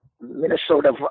Minnesota